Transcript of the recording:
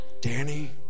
Danny